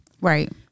Right